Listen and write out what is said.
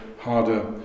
harder